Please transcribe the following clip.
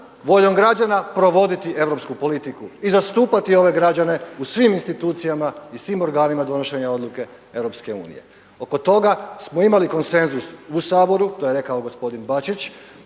voljom građana provoditi europsku politiku i zastupati ove građane u svim institucijama i svim organima donošenja odluke EU. Oko toga smo imali konsenzus u Saboru, to je rekao gospodin Bačić,